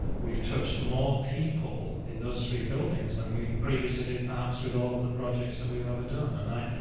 we've touched more people in those three buildings than we previously did perhaps with all of the projects that we've ever done and i,